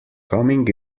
coming